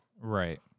Right